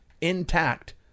intact